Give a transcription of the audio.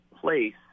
place